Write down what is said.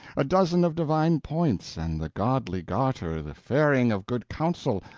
a dozen of divine points, and the godly garter the fairing of good counsel,